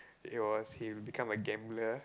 it was he become a gambler